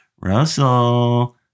Russell